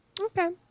okay